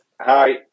Hi